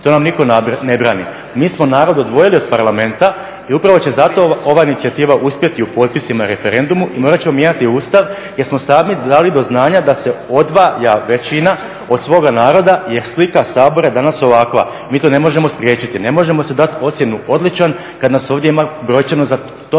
to nam nitko ne brani. Mi smo narod odvojili od Parlamenta i upravo će zato ova inicijativa uspjeti u potpisima u referendumu i morat ćemo mijenjati Ustav jer smo sami dali do znanja da se odvaja većina od svoga naroda jer slika Sabora je danas ovakva. Mi to ne možemo spriječiti ne možemo si dati ocjenu odličan kada nas ovdje ima brojčano za